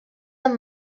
amb